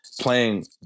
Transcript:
playing